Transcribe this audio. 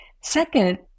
Second